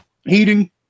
heating